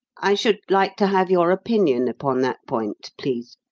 i should like to have your opinion upon that point, please.